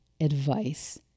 advice